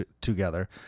together